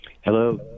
hello